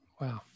Wow